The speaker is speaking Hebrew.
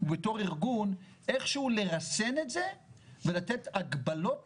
ובתור ארגון איך שהוא לרסן את זה ולתת הגבלות